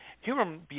Human